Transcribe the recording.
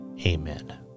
amen